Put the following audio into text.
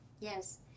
Yes